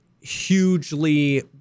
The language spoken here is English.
hugely